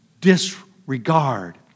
disregard